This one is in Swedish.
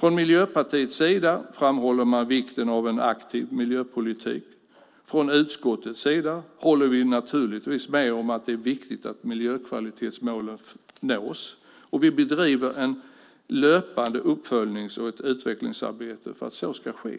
Från Miljöpartiets sida framhåller man vikten av en aktiv miljöpolitik. Från utskottets sida håller vi naturligtvis med om att det är viktigt att miljökvalitetsmålen nås. Vi bedriver ett löpande uppföljnings och utvärderingsarbete för att så ska ske.